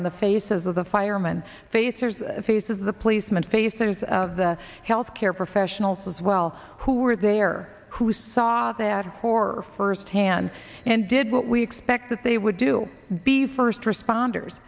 on the faces of the firemen face their faces the policemen faces of the healthcare professionals as well who were there who saw that horror firsthand and did what we expect that they would do be first responders